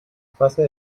fase